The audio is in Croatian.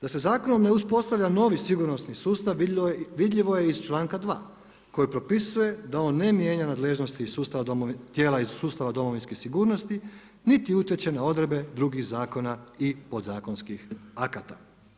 Da se zakonom ne uspostavlja novi sigurnosni sustav vidljivo je iz članka 2. koji propisuje da on ne mijenja nadležnosti tijela iz sustava domovinske sigurnosti, niti utječe na odredbe drugih zakona i podzakonskih akata.